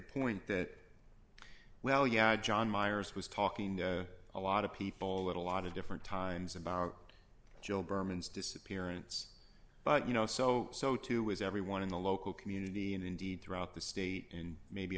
that well yeah john myers was talking a lot of people at a lot of different times about joe berman's disappearance but you know so so too was everyone in the local community and indeed throughout the state and maybe